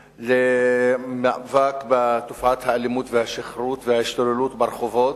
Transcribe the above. למאבק בתופעת האלימות והשכרות וההשתוללות ברחובות,